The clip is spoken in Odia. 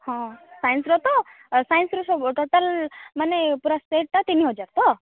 ହଁ ସାଇନ୍ସ ତ ସାଇନ୍ସର ସବୁ ଟୋଟାଲ୍ ମାନେ ପୁରା ସେଟ୍ଟା ତିନି ହଜାର ତ